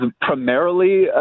primarily